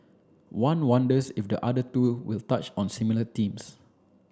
one wonders if the other two will touch on similar themes